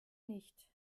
nicht